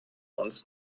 uns